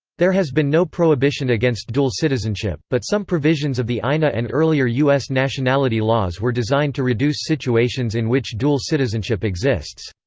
there has been no prohibition against dual citizenship, but some provisions of the ina and earlier u s. nationality laws were designed to reduce situations in which dual citizenship exists.